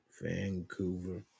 Vancouver